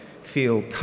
feel